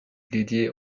dédié